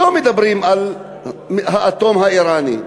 לא מדברים על האטום האיראני,